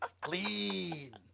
Clean